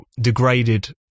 degraded